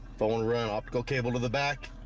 phone run off go cable to the back